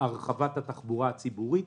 הרחבת התחבורה הציבורית,